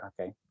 okay